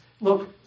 look